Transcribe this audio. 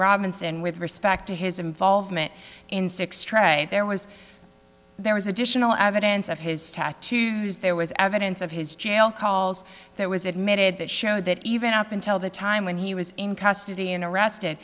robinson with respect to his involvement in six trade there was there was additional evidence of his tattoos there was evidence of his jail calls that was admitted that showed that even up until the time when he was in custody and arrested